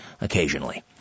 occasionally